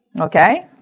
Okay